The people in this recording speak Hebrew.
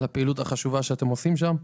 החשובה שאתם עושים שם.